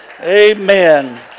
Amen